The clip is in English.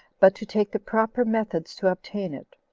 but to take the proper methods to obtain it.